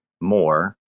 more